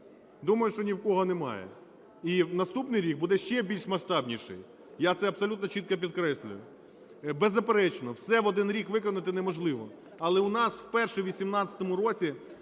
Думаю, що ні в кого немає. І наступний рік буде ще більш масштабніший, я це абсолютно чітко підкреслюю. Беззаперечно, все в один рік виконати неможливо, але у нас вперше у 18-му році